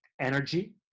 energy